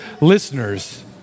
listeners